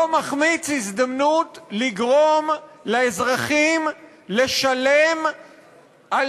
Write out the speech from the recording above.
לא מחמיץ הזדמנות לגרום לאזרחים לשלם על